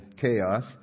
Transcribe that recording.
chaos